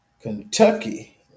Kentucky